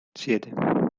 siete